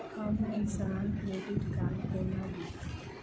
हम Kisan credit card कोना ली?